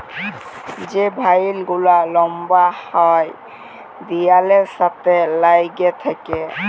যে ভাইল গুলা লম্বা হ্যয় দিয়ালের সাথে ল্যাইগে থ্যাকে